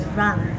run